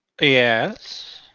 Yes